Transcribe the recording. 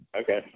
Okay